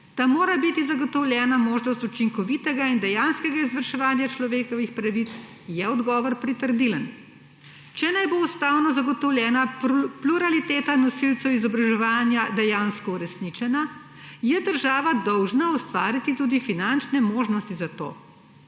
da mora biti zagotovljena možnost učinkovitega in dejanskega izvrševanja človekovih pravic, je odgovor pritrdilen. Če naj bo ustavno zagotovljena pluraliteta nosilcev izobraževanja dejansko uresničena, je država dolžna ustvariti tudi finančne možnosti za to.